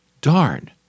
darn